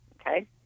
Okay